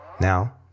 Now